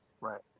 Right